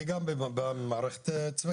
אני גם בא ממערכת צבאית.